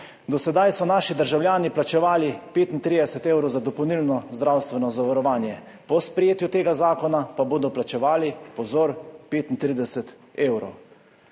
Do sedaj so naši državljani plačevali 35 evrov za dopolnilno zdravstveno zavarovanje, po sprejetju tega zakona pa bodo plačevali, pozor, 35 evrov.